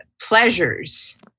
pleasures